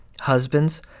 Husbands